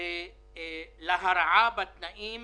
להרעה בתנאים